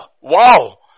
Wow